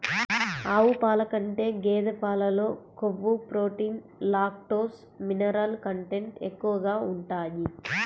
ఆవు పాల కంటే గేదె పాలలో కొవ్వు, ప్రోటీన్, లాక్టోస్, మినరల్ కంటెంట్ ఎక్కువగా ఉంటాయి